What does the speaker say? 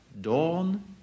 dawn